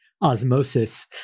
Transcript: osmosis